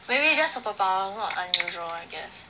maybe just superpower not unusual I guess